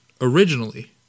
originally